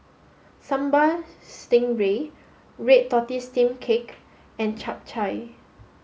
Sambal Stingray Red Tortoise Steamed Cake and Chap Chai